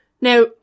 Now